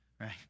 right